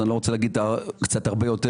אני לא רוצה להגיד הרבה יותר,